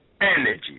energy